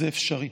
זה אפשרי,